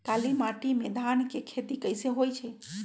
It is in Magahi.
काली माटी में धान के खेती कईसे होइ छइ?